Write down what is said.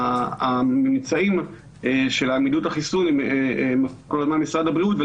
ממילא הממצאים של עמידות החיסון הם כל הזמן במשרד הבריאות.